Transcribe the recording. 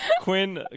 Quinn